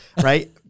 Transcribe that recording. right